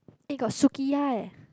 eh got Suki-ya eh